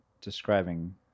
describing